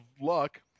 luck